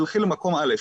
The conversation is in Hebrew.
תלכי למקום א',